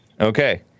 Okay